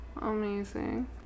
Amazing